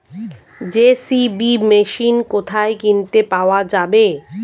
JCB machine কোথায় কিনতে পাওয়া যাবে?